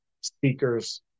speakers